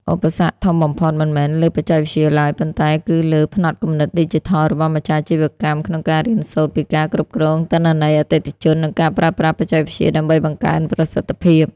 ឧបសគ្គធំបំផុតមិនមែនលើបច្ចេកវិទ្យាឡើយ ប៉ុន្តែគឺលើ ផ្នត់គំនិតឌីជីថល របស់ម្ចាស់អាជីវកម្មក្នុងការរៀនសូត្រពីការគ្រប់គ្រង ទិន្នន័យអតិថិជន និងការប្រើប្រាស់បច្ចេកវិទ្យាដើម្បីបង្កើនប្រសិទ្ធភាព។